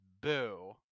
boo